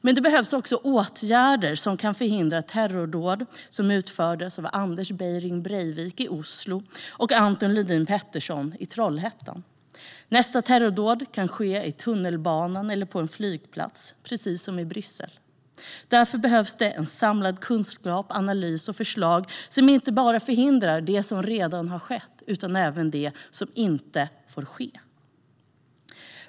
Men det behövs också åtgärder som kan förhindra sådana terrordåd som utfördes av Anders Behring Breivik i Oslo och Anton Lundin Pettersson i Trollhättan. Nästa terrordåd kan ske i tunnelbanan eller på en flygplats, precis som i Bryssel. Därför behövs det en samlad kunskap, analys och förslag som inte bara förhindrar det som redan skett utan även det som inte får ske.